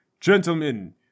Gentlemen